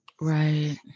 right